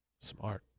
Smart